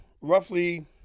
roughly